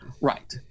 Right